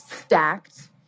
stacked